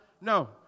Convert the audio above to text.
No